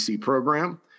program